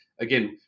again